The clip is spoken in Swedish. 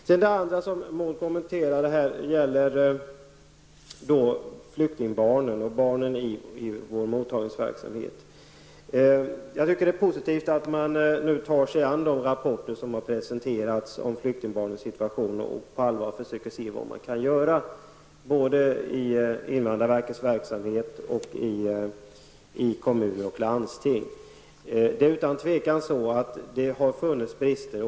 Maud Björnemalm kommenterade också situationen för flyktingbarnen och barnen i vår mottagningsverksamhet. Jag tycker att det är positivt att man nu tar sig an de rapporter som har presenterats om flyktingbarnens situation och på allvar försöker se vad man kan göra såväl i invandrarverkets verksamhet som i kommun och landsting. Det har utan tvivel funnits brister.